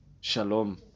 Shalom